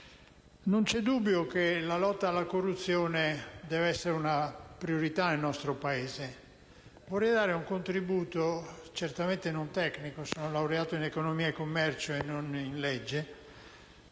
Non vi è dubbio che la lotta alla corruzione deve essere una priorità nel nostro Paese. Vorrei dare un contributo certamente non tecnico, poiché sono laureato in economia e commercio e non in legge,